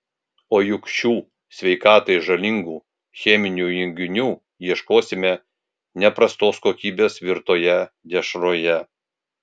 o juk šių sveikatai žalingų cheminių junginių ieškosime ne prastos kokybės virtoje dešroje